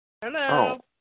Hello